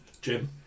Jim